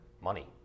money